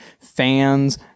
fans